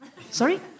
Sorry